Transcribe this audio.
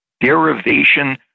derivation